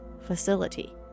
facility